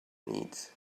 needs